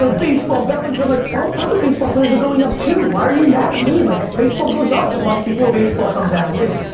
ah baseball, bellinger, i'm like all the other baseball players are going up too. why are you mad at me? like baseball goes up the month before baseball comes out. it's,